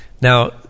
now